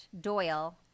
Doyle